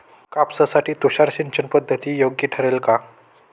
कापसासाठी तुषार सिंचनपद्धती योग्य ठरेल का?